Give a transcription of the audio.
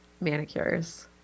manicures